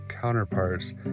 counterparts